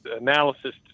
analysis